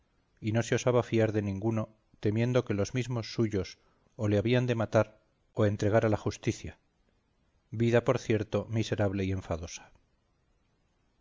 y no se osaba fiar de ninguno temiendo que los mismos suyos o le habían de matar o entregar a la justicia vida por cierto miserable y enfadosa